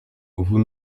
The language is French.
vous